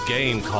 Game